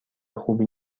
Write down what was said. خوبی